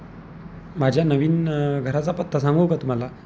माझ्या नवीन घराचा पत्ता सांगू का तुम्हाला